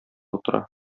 утыра